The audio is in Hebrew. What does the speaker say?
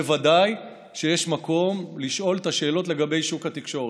בוודאי יש מקום לשאול את השאלות לגבי שוק התקשורת.